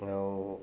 ଆଉ